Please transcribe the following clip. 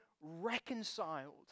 reconciled